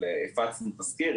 הפצנו תזכיר,